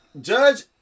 Judge